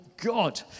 God